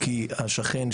כי השכן,